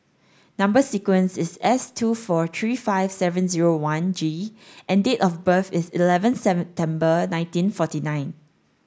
number sequence is S two four three five seven zero one G and date of birth is eleven seven nineteen forty nine